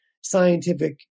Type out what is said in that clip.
scientific